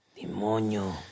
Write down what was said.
Demonio